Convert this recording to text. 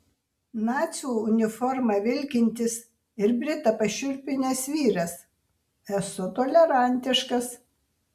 nacių uniforma vilkintis ir britą pašiurpinęs vyras esu tolerantiškas